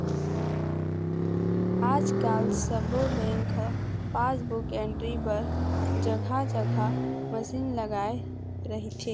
आजकाल सब्बो बेंक ह पासबुक एंटरी बर जघा जघा मसीन लगाए रहिथे